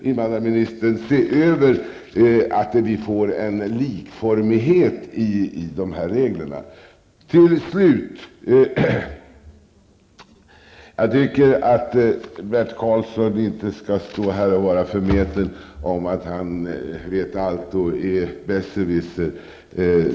Invandrarministern bör se över detta, så att vi får likformighet i reglerna. Till slut: Jag tycker att Bert Karlsson inte skall stå här och vara förmäten och tycka att han vet allt -- vara besserwisser.